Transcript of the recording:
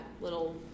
little